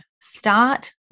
start